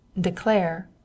declare